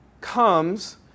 comes